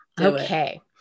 Okay